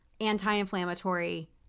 anti-inflammatory